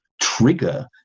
trigger